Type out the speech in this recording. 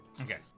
Okay